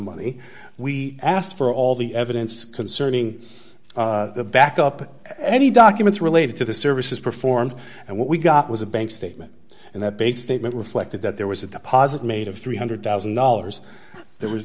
money we asked for all the evidence concerning the back up any documents related to the services performed and what we got was a bank statement and that big statement reflected that there was a deposit made of three hundred thousand dollars there was